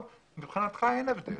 מבחינתך אין הבדל